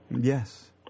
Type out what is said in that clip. Yes